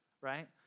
right